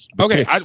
Okay